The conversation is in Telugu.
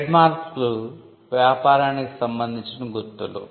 ట్రేడ్మార్క్లు వ్యాపారానికి సంబందించిన గుర్తులు